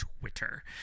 twitter